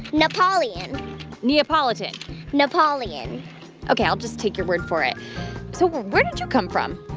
napoleon neapolitan napoleon ok. i'll just take your word for it so where did you come from?